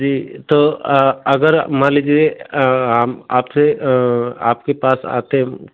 जी तो अगर मान लीजिए हम आपसे आपके पास आते